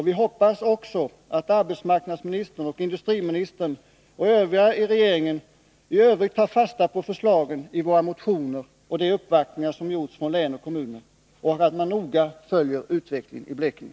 Vi hoppas också att arbetsmarknadsministern, industriministern och regeringen i övrigt tar fasta på förslagen i våra motioner och de uppvaktningar som gjorts från län och kommuner och att man noga följer utvecklingen i Blekinge.